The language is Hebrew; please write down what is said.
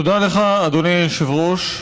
תודה לך, אדוני היושב-ראש.